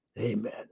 Amen